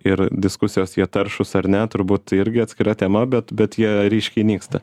ir diskusijos jie taršūs ar ne turbūt irgi atskira tema bet bet jie ryškiai nyksta